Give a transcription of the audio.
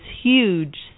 huge